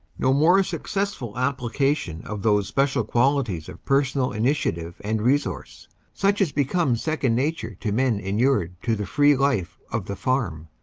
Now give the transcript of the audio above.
nor more successful application of, those special qualities of personal initiative and resource such as become second nature to men inured to the free life of the farm,